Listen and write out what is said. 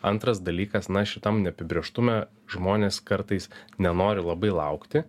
antras dalykas na šitam neapibrėžtume žmonės kartais nenori labai laukti